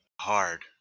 hard